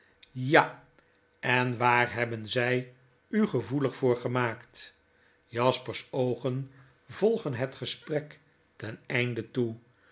ja en waar hebben zg u gevoelig voor gemaakt jasper's oogen volgen het gesprek ten einde toe